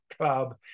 club